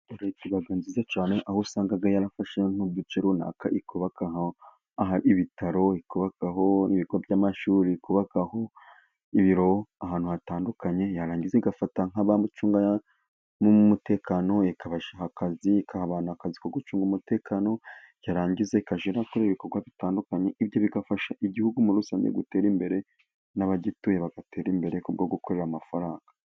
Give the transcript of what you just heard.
Leta iba nziza cyane, aho usanga yarafashe nk'uduce runaka, ikubaka ibitaro ikubakaho ibigo by'amashuri, ikubakaho ibiro ahantu hatandukanye, yarangiza igafata nk'abacunga umutekano ikahaba n'akazi ko gucunga umutekano, yarangiza ikajya ikora ibikorwa bitandukanye by'igihugu muri rusange gutera imbere n'abagituye bagatera imbere kubwo gukorera amafaranga.